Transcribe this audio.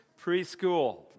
Preschool